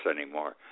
anymore